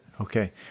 Okay